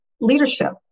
leadership